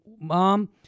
Mom